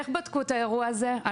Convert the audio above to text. איך בדקו את האירוע הזה?